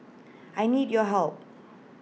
I need your help